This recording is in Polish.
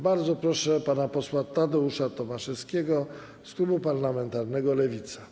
Bardzo proszę pana posła Tadeusza Tomaszewskiego z klubu parlamentarnego Lewica.